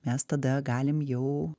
mes tada galim jau